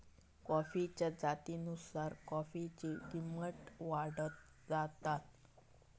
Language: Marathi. कॉफीच्या जातीनुसार कॉफीची किंमत वाढत जाता